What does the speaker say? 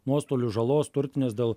nuostolių žalos turtinės dėl